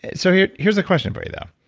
and so here's here's the question for you though.